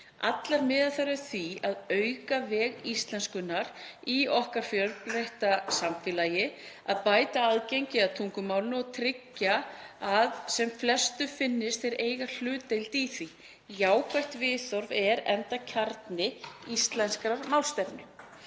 Allar miða þær að því að auka veg íslenskunnar í okkar fjölbreytta samfélagi, að bæta aðgengi að tungumálinu og tryggja að sem flestum finnist þeir eiga hlutdeild í því. Jákvætt viðhorf er enda kjarni íslenskrar málstefnu.